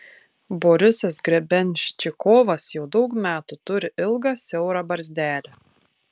borisas grebenščikovas jau daug metų turi ilgą siaurą barzdelę